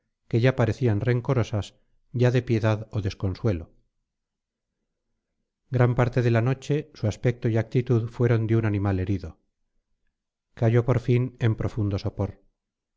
que ya parecían rencorosas ya de piedad o desconsuelo gran parte de la noche su aspecto y actitud fueron de un animal herido cayó por fin en profundo sopor